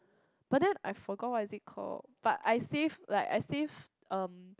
but then I forgot what is it called but I saved like I saved um